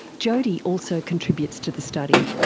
jodie also contributes to the study.